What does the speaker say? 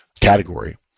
category